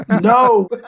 No